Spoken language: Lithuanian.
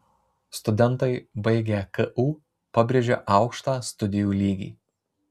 studentai baigę ku pabrėžia aukštą studijų lygį